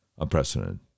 unprecedented